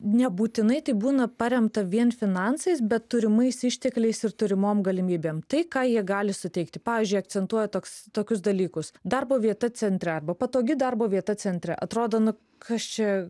nebūtinai tai būna paremta vien finansais bet turimais ištekliais ir turimom galimybėm tai ką jie gali suteikti pavyzdžiui akcentuoja toks tokius dalykus darbo vieta centre arba patogi darbo vieta centre atrodo nu kas čia